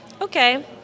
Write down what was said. okay